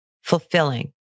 fulfilling